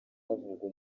havugwa